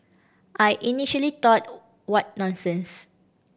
I initially thought what nonsense